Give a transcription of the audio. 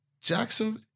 Jackson